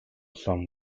sum